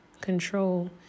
control